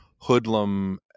hoodlum